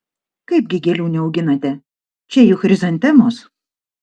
kaipgi gėlių neauginate čia juk chrizantemos